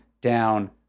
down